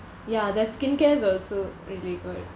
ya their skincare is also really good